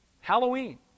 Halloween